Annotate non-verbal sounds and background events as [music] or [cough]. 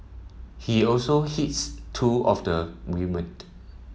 he also hits two of the women [unintelligible]